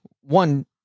one